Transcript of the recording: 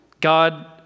God